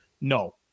No